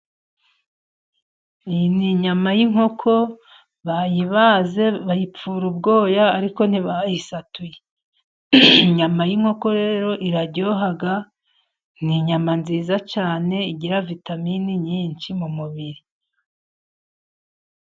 Iyi ni inyama y'inkoko bayibaze bayipfura ubwoya, ariko ntibayisatuye. Inyama y'inkoko rero iraryoha ni inyama nziza cyane igira vitamini nyinshi mu mubiri.